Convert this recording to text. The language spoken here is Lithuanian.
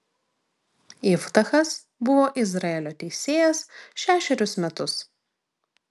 iftachas buvo izraelio teisėjas šešerius metus